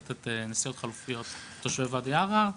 לתת נסיעות חלופיות לתושבי ואדי ערה,